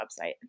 website